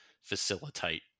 facilitate